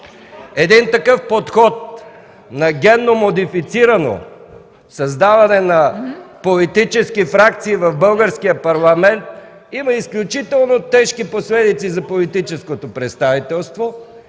Един такъв подход на генно модифицирано създаване на политически фракции в българския парламент има изключително тежки последици за политическото представителство